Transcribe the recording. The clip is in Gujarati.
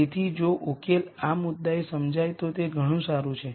તેથી જો ઉકેલ આ મુદ્દાએ સમજાય તો તે ઘણું સારું છે